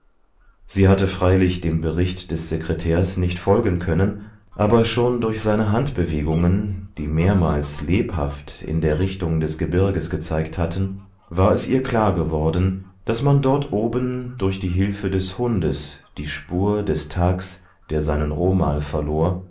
sie hatte freilich dem bericht des sekretärs nicht folgen können aber schon durch seine handbewegungen die mehrmals lebhaft in der richtung des gebirges gezeigt hatten war es ihr klar geworden daß man dort oben durch die hilfe des hundes die spur des thags der seinen romal verlor